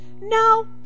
no